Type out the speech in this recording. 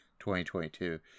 2022